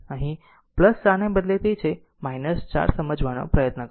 અહીં 4 ને બદલે તે છે 4 સમજવાનો પ્રયત્ન કરો